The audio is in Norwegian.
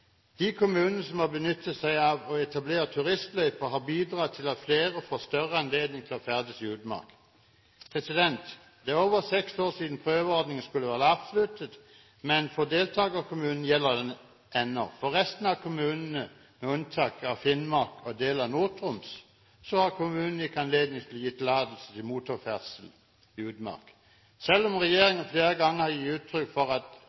De kommunene som har benyttet seg av å etablere turistløyper, har bidratt til at flere har fått større anledning til å ferdes i utmark. Det er over seks år siden prøveordningen skulle vært avsluttet, men for deltakerkommunene gjelder den ennå. Resten av kommunene – med unntak av de i Finnmark og noen i deler av Nord-Troms – har ikke anledning til å gi tillatelse til motorferdsel i utmark. Selv om regjeringen flere ganger har gitt uttrykk for at